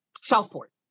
southport